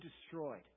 destroyed